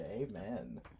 Amen